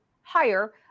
higher